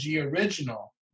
original